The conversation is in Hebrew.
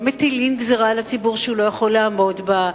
לא מטילים על הציבור גזירה שהוא לא יכול לעמוד בה.